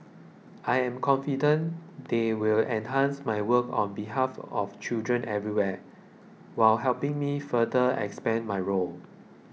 I am confident they will enhance my work on behalf of children everywhere while helping me further expand my role